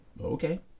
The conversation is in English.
okay